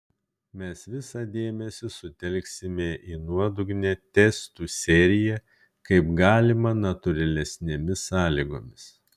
mes visą dėmesį sutelksime į nuodugnią testų seriją kaip galima natūralesnėmis sąlygomis